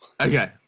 Okay